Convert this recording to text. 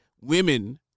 women